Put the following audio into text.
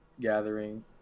gathering